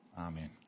Amen